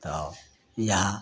तब इहए